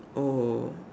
oh